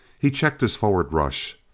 he checked his forward rush.